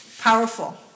powerful